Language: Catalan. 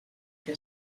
que